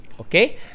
okay